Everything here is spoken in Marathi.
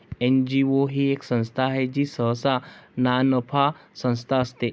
एन.जी.ओ ही एक संस्था आहे जी सहसा नानफा संस्था असते